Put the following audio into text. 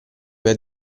per